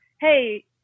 hey